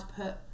put